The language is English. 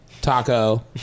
taco